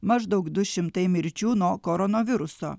maždaug du šimtai mirčių nuo koronaviruso